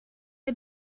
ihr